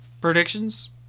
Predictions